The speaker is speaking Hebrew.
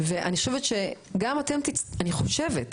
מה שאני רוצה להגיד שאתם, להיפך,